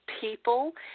People